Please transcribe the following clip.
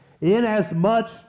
inasmuch